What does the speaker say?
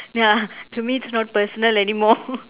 ya to me it's not personal anymore